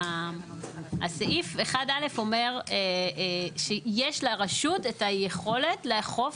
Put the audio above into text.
סעיף 1א אומר שיש לרשות את היכולת לאכוף